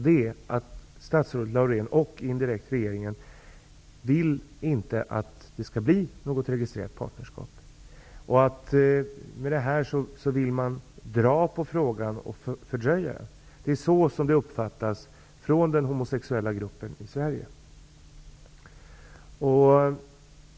Det är att statsrådet, och indirekt regeringen, inte vill att registrerat partnerskap skall införas och därför fördröjer frågan.